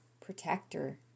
protector